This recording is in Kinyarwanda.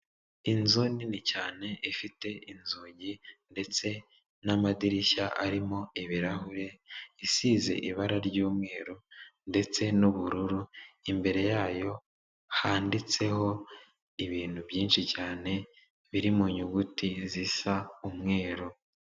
Inzu nini cyane ifite inzugi ndetse n'amadirishya arimo ibirahure isize ibara ry'umweru ndetse n'ubururu, imbere yayo handitseho ibintu byinshi cyane biri mu nyuguti zisa umweru.